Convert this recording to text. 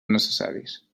necessaris